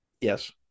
Yes